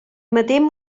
medem